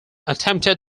attempted